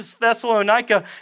Thessalonica